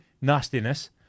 nastiness